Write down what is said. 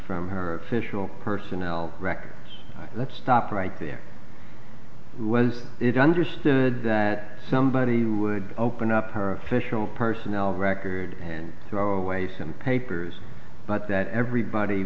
from her official personnel records let's stop right there who was it understood that somebody would open up her official personnel record and throw away some papers but that everybody